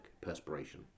perspiration